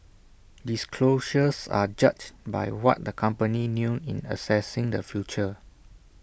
disclosures are judged by what the company knew in assessing the future